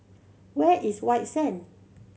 where is White Sands